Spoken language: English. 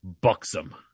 buxom